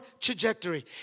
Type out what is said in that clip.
trajectory